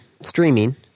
streaming